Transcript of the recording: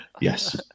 Yes